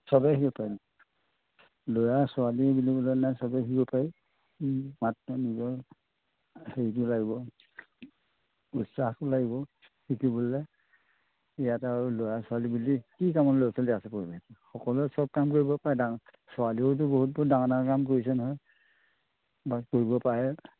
চবেই শিকিব পাৰি ল'ৰা ছোৱালী বুলিবলৈ নাই চবেই শিকিব পাৰি মাত্ৰ নিজৰ হেৰিতো লাগিব উৎসাহতো লাগিব শিকিবলৈ ইয়াত আৰু ল'ৰা ছোৱালী বুলি কি কামত ল'ৰা ছোৱালী আছে সকলোৱে চব কাম কৰিব পাৰে ছোৱালীয়েতো বহুত বহুত ডাঙৰ ডাঙৰ কাম কৰিছে নহয় বাৰু কৰিব পাৰে